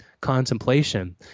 contemplation